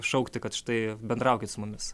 šaukti kad štai bendraukit su mumis